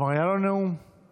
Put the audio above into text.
כבר היה לו נאום בעבר,